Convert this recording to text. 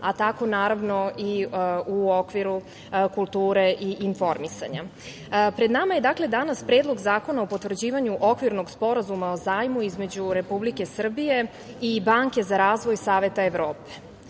a tako naravno i u okviru kulture i informisanja. Pred nama je danas Predlog zakona o potvrđivanju okvirnog Sporazuma o zajmu između Republike Srbije i Banke za razvoj Saveta Evrope.